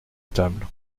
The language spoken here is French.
table